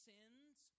Sin's